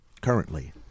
currently